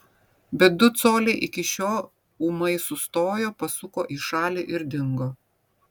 bet du coliai iki šio ūmai sustojo pasuko į šalį ir dingo